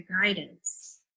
guidance